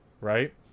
right